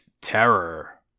Terror